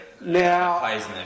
Now